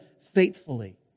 faithfully